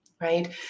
right